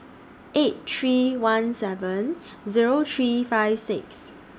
eight three one seven Zero three five six